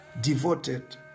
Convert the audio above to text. Devoted